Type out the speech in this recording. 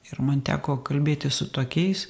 ir man teko kalbėti su tokiais